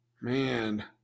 man